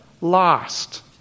lost